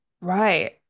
right